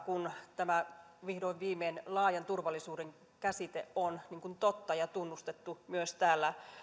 kun vihdoin viimein tämä laajan turvallisuuden käsite on totta ja tunnustettu myös täällä